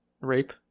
rape